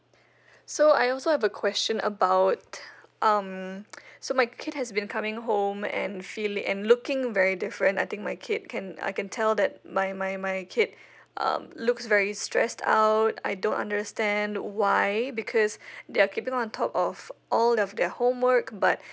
so I also have a question about um so my kid has been coming home and feel and looking very different I think my kid can I can tell that my my my kid um looks very stressed out I don't understand why because they're keeping on top of all of their homework but